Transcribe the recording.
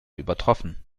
übertroffen